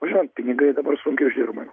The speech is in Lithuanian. o žinot pinigai dabar sunkiai uždirbami